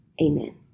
amen